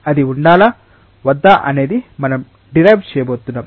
అది ఉండాలా వద్దా అనేది మనం డిరైవ్ చేయబోతున్నాం